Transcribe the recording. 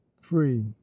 free